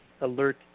alert